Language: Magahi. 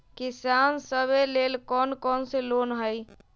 किसान सवे लेल कौन कौन से लोने हई?